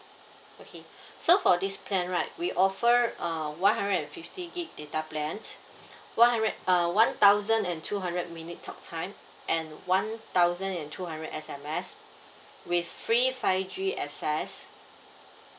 okay so for this plan right we offer uh one hundred and fifty G_B data plan one hundred uh one thousand and two hundred minute talk time and one thousand and two hundred S_M_S with free five G access